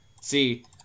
See